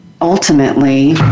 ultimately